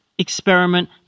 experiment